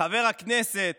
חבר הכנסת